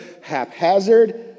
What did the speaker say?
haphazard